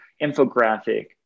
infographic